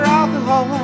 alcohol